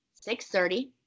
6.30